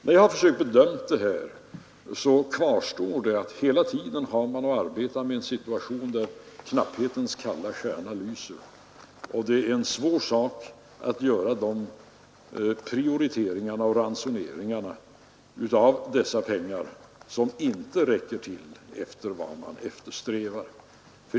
När jag har försökt bedöma det här har jag funnit det faktum kvarstå att man hela tiden har att arbeta under knapphetens kalla stjärna. Det är en svår sak att göra prioriteringar och ransoneringar, när pengarna inte räcker till vad man eftersträvar.